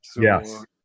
Yes